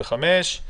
אושרו.